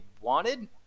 wanted